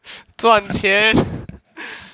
赚钱